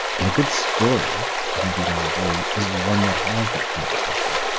and a good story, i think we'd all agree, is one that has that complication,